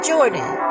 Jordan